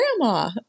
grandma